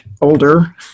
older